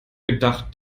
gedacht